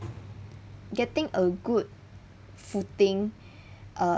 getting a good footing uh